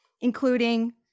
including